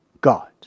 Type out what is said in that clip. God